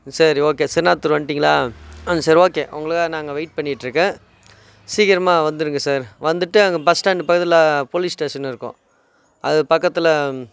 சரி ஓகே சென்னாத்தூர் வந்துட்டிங்களா ஆ சரி ஓகே உங்களுக்காக நான் அங்கே வெயிட் பண்ணிகிட்ருக்கேன் சீக்கிரமாக வந்துடுங்க சார் வந்துட்டு அங்கே பஸ் ஸ்டாண்டு பக்கத்தில் போலீஸ் ஸ்டேஷன் இருக்கும் அதுக்கு பக்கத்தில்